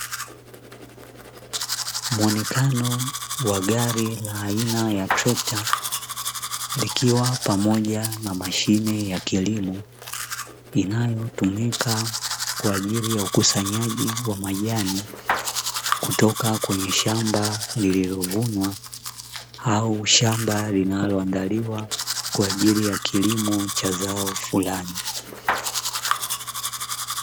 Muonekano wa gari la aina ya trekta likiwa pamoja na mashine ya kilimo, inayotumika kwa ajili ya ukusanyaji wa majani kutoka kwenye shamba lililovunwa, au shamba linaloandaliwa kwaajili ya kilimo cha zao fulani.